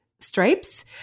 stripes